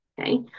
okay